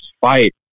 fight